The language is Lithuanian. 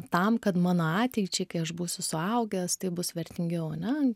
tam kad mano ateičiai kai aš būsiu suaugęs tai bus vertingiau ane